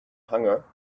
hunger